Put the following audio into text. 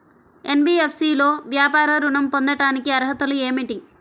NBFC లో వ్యాపార ఋణం పొందటానికి అర్హతలు ఏమిటీ?